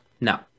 No